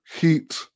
heat